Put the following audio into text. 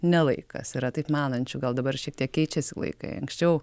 ne laikas yra taip manančių gal dabar šiek tiek keičiasi laikai anksčiau